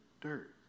dirt